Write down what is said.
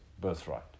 birthright